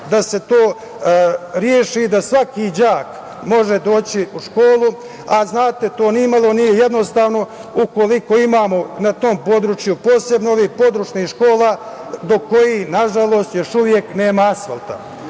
da se to reši i da svaki đak može doći u školu. Znate, to ni malo nije jednostavno ukoliko imamo na tom području, posebno ovih područnih škola do kojih, nažalost, još uvek nema asfalta.